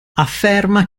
afferma